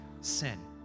sin